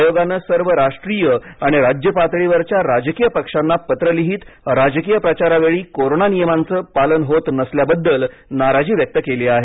आयोगानं सर्व राष्ट्रीय आणि राज्य पातळीवरच्या राजकीय पक्षांना पत्र लिहित राजकीय प्रचारावेळी कोरोना नियमांचं पालन होत नसल्याबद्दल नाराजी व्यक्त केली आहे